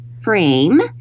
frame